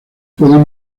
pueden